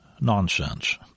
nonsense